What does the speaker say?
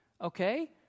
Okay